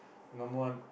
normal one